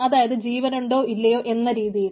അതായത് ജീവനുണ്ടോ ഇല്ലയോ എന്ന രീതിയിൽ